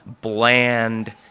bland